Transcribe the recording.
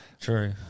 True